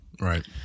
right